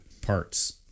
parts